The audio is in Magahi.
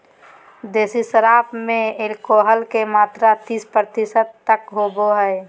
देसी शराब में एल्कोहल के मात्रा तीस प्रतिशत तक होबो हइ